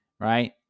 Right